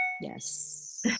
Yes